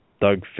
Doug